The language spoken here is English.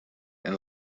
and